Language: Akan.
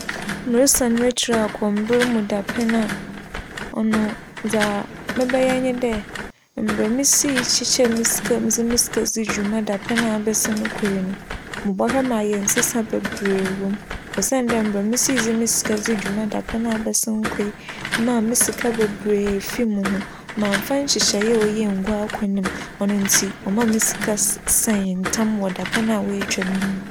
Meresan m'ekyir akͻ mber mu dapɛn a, ͻno dza mebɛyɛ nye dɛ, mbrɛ misii kyekyɛɛ me sika mu dze me sika dzii dwuma dapɛn a abasin kͻ no, mobohwɛ m'ayɛ nsesa beberee wͻ mu osiandɛ mbrɛ medze me sika dzii dwuma mber a abasin kͻ yi maa me sika beberee fii mo ho. Mammfa nhyehyɛɛ a oye enngu akwan mu ntsi ͻmaa me sika sae ntsɛm wͻ dapɛn a etwa mu yi mu.